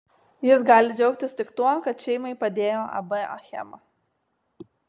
jis gali džiaugtis tik tuo kad šeimai padėjo ab achema